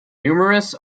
numerous